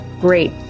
great